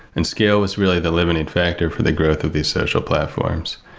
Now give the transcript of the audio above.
and scale was really the limiting factor for the growth of these social platforms.